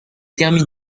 termine